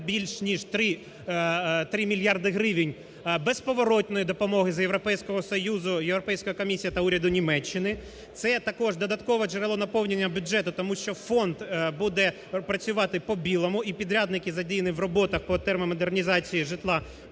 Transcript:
більше ніж 3 мільярди гривень безповоротної допомоги з Європейського Союзу, Європейська комісія та уряду Німеччини, це також додаткове джерело наповнення бюджету. Тому що фонд буде працювати по білому і підрядники задіяні в роботах по термомодернізації житла,